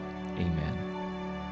Amen